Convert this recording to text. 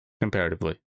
comparatively